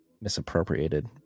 misappropriated